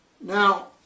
Now